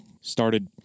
started